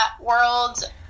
world